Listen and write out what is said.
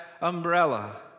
umbrella